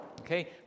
Okay